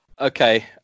okay